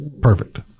Perfect